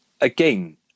Again